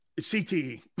CTE